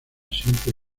siempre